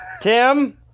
Tim